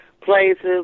places